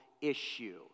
issue